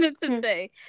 today